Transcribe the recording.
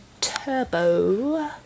Turbo